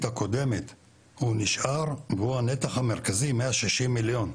הקודמת הוא נשאר והוא הנתח המרכזי 160 מיליון ₪,